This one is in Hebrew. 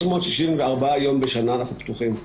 364 יום בשנה אנחנו פתוחים.